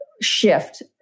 shift